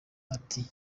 ati